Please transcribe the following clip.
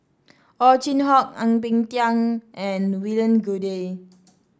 Ow Chin Hock Ang Peng Tiam and William Goode